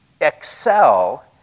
excel